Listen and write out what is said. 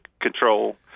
control